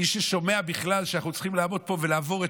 מי ששומע בכלל שאנחנו צריכים לעמוד פה ולעבור את